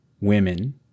women